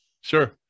Sure